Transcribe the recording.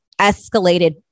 escalated